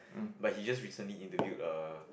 but he just recently interviewed err